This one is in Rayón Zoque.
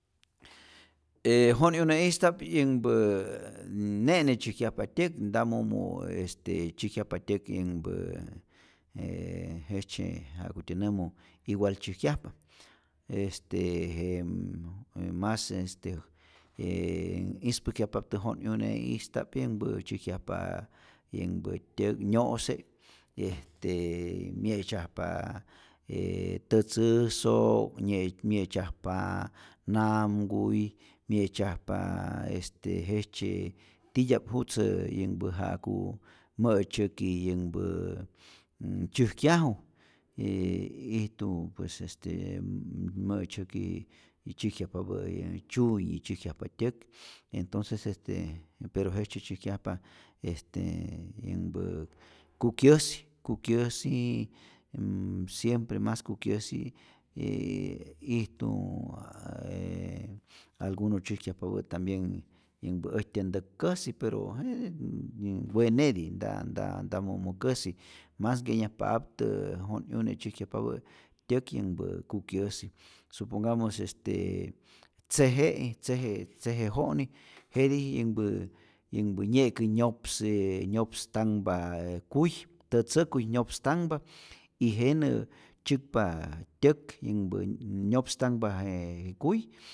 E jo'nyune'ista'p yänhpä ne'ne tzäjkyajpa tyäk, nta mumu este tzyäjkyajpa tyäk yänhpä j jejtzye ja'kutyä nämu igual tzyäjkyajpa, este j mas este j ispäjkyajpaptä jo'nyune'ista'p yänhpä tzyäjkyajpa yänhpä tyäk nyo'se est mye'tzyajp tätzä so'k, mye mye'tzyajpa namkuy, mye'tzyajp este jejtzye titya'p jutzä ja'ku mä'tzyäki yänhpäää tzyäjkyaju e ijtu pues est mä'tzyäki tzyäjkyajpapä'i, tzyunyi tzyäjkyjapa tyäk entonces este pero jejtzye tzyäjkyajpa este yänhpä kukyäjsi, kukyäjsi siempre mas kukyajsi, e ijtu alguno tzyäjkyjapapä' tambien yänhpä äjtyä ntäk käsi pero jet weneti, nta nta mumu käsi mas nkenyajpaptä jo'nyune tzyäjkyajpapä' tyäk yänhpä kukyäsi, supongamos este tzeje'i tzeje tzeje jo'ni, jetij yänhpä yänhpä nye'kä nyops nyopstanhpä kuy, tätzäkuy nyopstanhpä y jenä tzyäkpa tyäk yänhpä nyopstanhpa je kuy.